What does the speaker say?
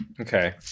Okay